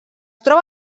troba